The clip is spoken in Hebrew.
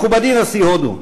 מכובדי נשיא הודו,